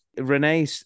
Renee